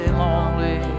lonely